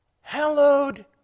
hallowed